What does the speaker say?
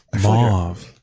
Mauve